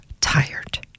tired